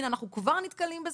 הנה, אנחנו כבר נתקלים בזה.